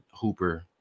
hooper